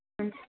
हुन्छ